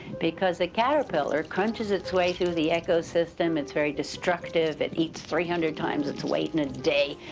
because the caterpillar crunches its way through the ecosystem. it's very destructive, it eats three hundred times its weight in a day,